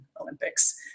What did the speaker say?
Olympics